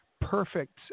perfect